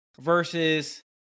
versus